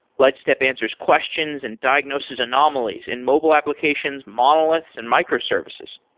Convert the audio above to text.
lightstep answers questions and diagnoses anomalies in mobile applications, monoliths and microservices.